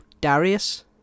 darius